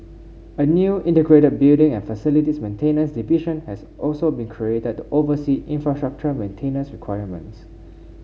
a new integrated building and facilities maintenance division has also been created to oversee infrastructure maintenance requirements